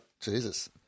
Jesus